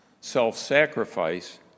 Self-sacrifice